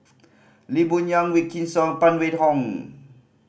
Lee Boon Yang Wykidd Song Phan Wait Hong